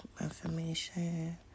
Information